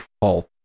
fault